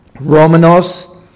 Romanos